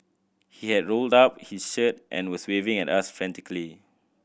he had rolled up his shirt and was waving at us frantically